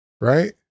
Right